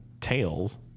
Tails